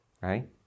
Right